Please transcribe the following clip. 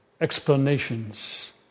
explanations